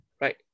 right